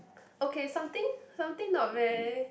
okay something something not very